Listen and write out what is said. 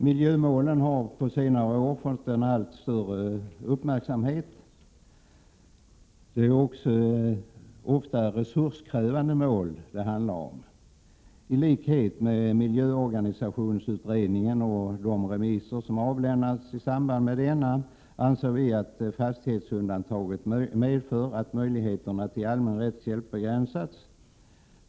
Miljömålen har på senare år fått en allt större uppmärksamhet. De är också ofta resurskrävande mål. I likhet med miljöorganisationsutredningen och de remisser som avlämnats i samband med denna anser vi att fastighetsundantaget medför att möjligheterna till allmän rättshjälp begränsats.